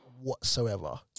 whatsoever